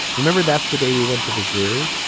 remember, that's the day we went to the zoo.